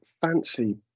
fancy